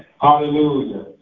Hallelujah